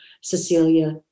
Cecilia